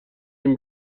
این